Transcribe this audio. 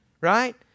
right